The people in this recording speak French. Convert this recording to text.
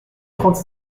trente